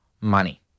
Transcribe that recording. money